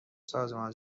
سازمان